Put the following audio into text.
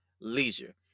Leisure